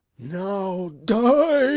now die,